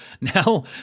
now